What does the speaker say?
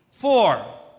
four